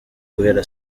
guhera